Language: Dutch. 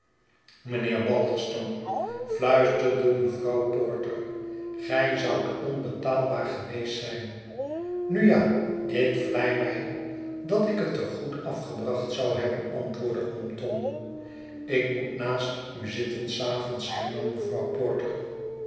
porter balderstone fluisterde mevrouw porter gij zoudt onbetaalbaar geweest zijn nu ja ik vlei mij dat ik het er goed afgebracht zou hebben antwoordde oom tom ik moet naast u zitten s avonds hernam mevrouw porter